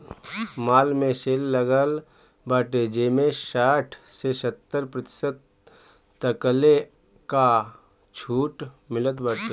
माल में सेल लागल बाटे जेमें साठ से सत्तर प्रतिशत तकले कअ छुट मिलत बाटे